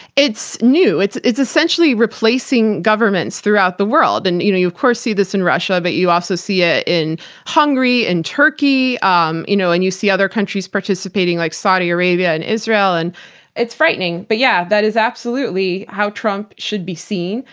it's new. it's it's essentially replacing governments throughout the world. and you know you of course see this in russia, but you also see it in hungary, and turkey, um you know and you see other countries participating like saudi arabia and israel. and it's frightening, but yeah, that is absolutely how trump should be seen,